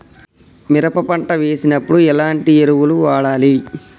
మినప పంట వేసినప్పుడు ఎలాంటి ఎరువులు వాడాలి?